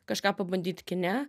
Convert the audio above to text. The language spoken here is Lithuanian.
kažką pabandyt kine